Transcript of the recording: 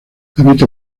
habita